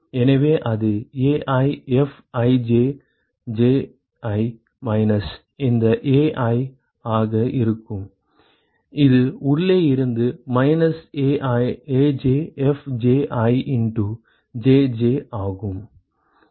எனவே அது AiFijJi minus இந்த Ai ஆக இருக்கும் இது உள்ளே இருந்து மைனஸ் AjFji இண்டு Jj ஆகும்